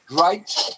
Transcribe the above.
right